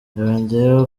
yongeyeho